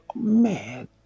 Man